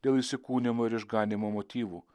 dėl įsikūnijimo ir išganymo motyvų